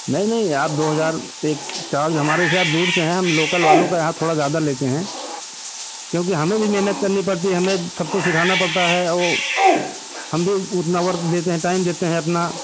नहीं नहीं आप दो हजार एक चार्ज हमारे से आप दूर से हैं हम लोकल वालों का यहाँ थोड़ा ज्यादा लेते हैं क्योंकि हमें भी मेहनत करनी पड़ती है हमें सबको सिखाना पड़ता है और हम भी उतना वर्क देते हैं टाइम देते हैं अपना